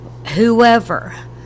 Whoever